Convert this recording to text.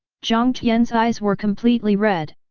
jiang tian's eyes were completely red.